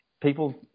people